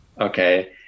okay